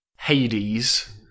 hades